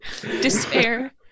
despair